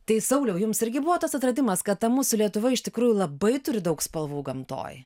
tai sauliau jums irgi buvo tas atradimas kad ta mūsų lietuva iš tikrųjų labai turi daug spalvų gamtoj